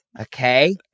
okay